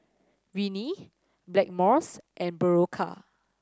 Rene Blackmores and Berocca